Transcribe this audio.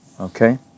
Okay